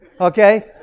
Okay